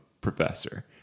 professor